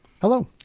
Hello